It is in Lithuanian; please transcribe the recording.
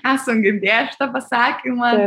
esam girdėję šitą pasakymą